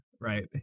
Right